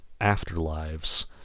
Afterlives